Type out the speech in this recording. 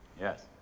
Yes